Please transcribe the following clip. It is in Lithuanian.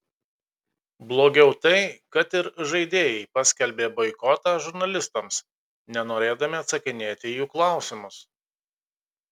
blogiau tai kad ir žaidėjai paskelbė boikotą žurnalistams nenorėdami atsakinėti į jų klausimus